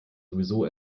sowieso